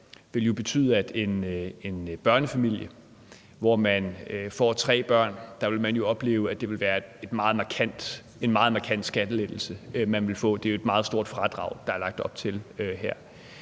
ville jo betyde, at en børnefamilie, hvor man får tre børn, vil opleve, at det ville være en meget markant skattelettelse, man ville få. Det er jo et meget stort fradrag, der er lagt op til her.